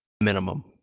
minimum